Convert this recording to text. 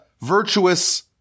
virtuous